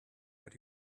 but